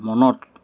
মনত